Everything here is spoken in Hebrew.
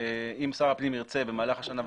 ואם שר הפנים ירצה במהלך השנה וחצי,